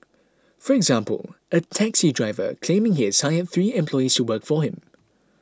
for example a taxi driver claiming he has hired three employees to work for him